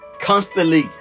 Constantly